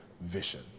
vision